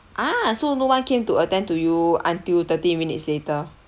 ah so no one came to attend to you until thirty minutes later